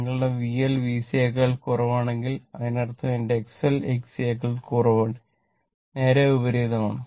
നിങ്ങളുടെ VL VC യേക്കാൾ കുറവാണെങ്കിൽ അതിനർത്ഥം എന്റെ XL XC യേക്കാൾ കുറവാണ് നേരെ വിപരീതമാണ്